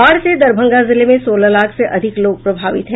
बाढ़ से दरभंगा जिले में सोलह लाख से अधिक लोग प्रभावित हैं